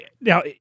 now